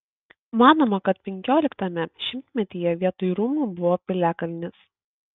manoma kad penkioliktame šimtmetyje vietoj rūmų buvo piliakalnis